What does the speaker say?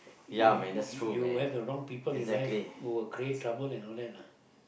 you you have the wrong people in life will create trouble and all that lah